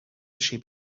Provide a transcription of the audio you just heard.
sheep